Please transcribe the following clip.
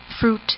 fruit